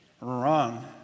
Wrong